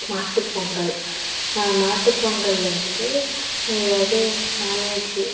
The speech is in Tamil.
மாட்டுப்பொங்கல் மாட்டுப்பொங்கலில் வந்து எதாவது நான்வெஜ்